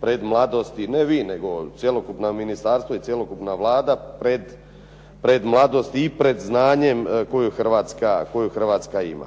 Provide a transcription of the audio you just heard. pred mladosti, ne vi nego cjelokupna ministarstvo i cjelokupna Vlada pred mladosti i pred znanjem koju Hrvatska ima.